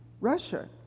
Russia